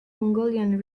mongolian